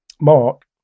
Mark